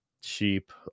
cheap